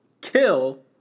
kill